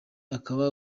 akaba